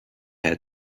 herr